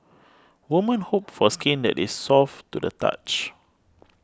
women hope for skin that is soft to the touch